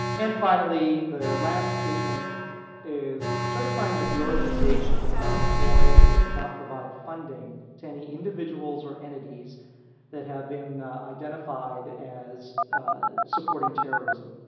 and finally, the last statement is certifying that the organization does not employ or does not provide funding to any individuals or entities that have been identified as supporting terrorism.